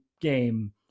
game